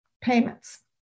payments